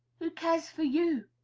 who cares for you?